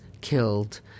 killed